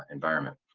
environment.